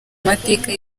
mateka